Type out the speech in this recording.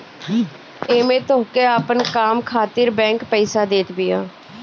एमे तोहके अपन काम खातिर बैंक पईसा देत बिया